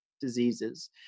diseases